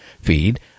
feed